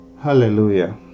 Hallelujah